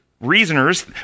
reasoners